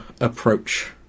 approach